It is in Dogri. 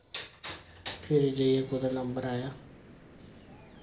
फिर जाइयै कुतै नंबर आया